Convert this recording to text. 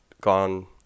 gone –